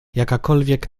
jakakolwiek